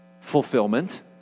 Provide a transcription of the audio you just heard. fulfillment